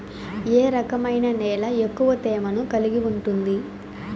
ఏ రకమైన నేల ఎక్కువ తేమను కలిగి ఉంటుంది?